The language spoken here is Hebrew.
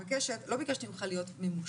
לא ביקשתי ממך להיות ממושמע,